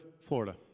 Florida